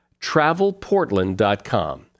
TravelPortland.com